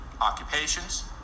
occupations